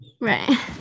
Right